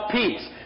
peace